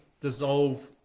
dissolve